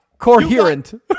Coherent